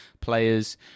players